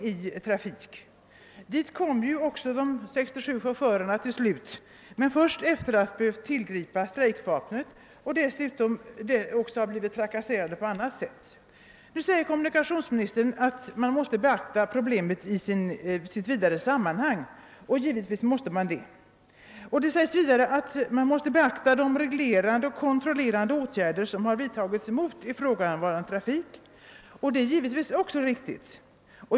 De 67 chaufförerna vid KF lyckades slutligen komma fram till överenskommelsen att ackordslönerna skulle slopas — men först sedan de tvingats tillgripa strejkvapnet och sedan de utsatts för trakasserier. Kommunikationsministern säger nu att problemet måste beaktas i ett vidare sammanhang. Det är givetvis riktigt. Det sägs i svaret att de reglerande och kontrollerande åtgärder som har vidtagits mot ifrågavarande trafik också måste beaktas. även det är riktigt.